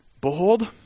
behold